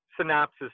synopsis